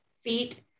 feet